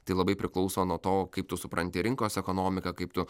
tai labai priklauso nuo to kaip tu supranti rinkos ekonomiką kaip tu